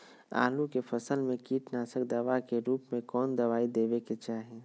आलू के फसल में कीटनाशक दवा के रूप में कौन दवाई देवे के चाहि?